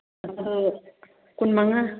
ꯑꯗꯨ ꯀꯨꯟ ꯃꯉꯥ